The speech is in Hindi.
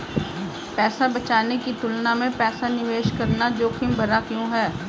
पैसा बचाने की तुलना में पैसा निवेश करना जोखिम भरा क्यों है?